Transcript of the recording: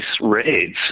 raids